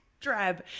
Drab